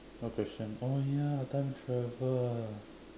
what question oh ya time travel